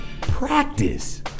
Practice